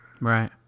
Right